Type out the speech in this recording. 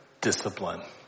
discipline